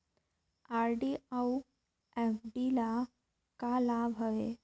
RD अऊ FD ल का लाभ हवे?